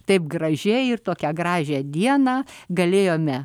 taip gražiai ir tokią gražią dieną galėjome